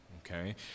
okay